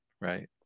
right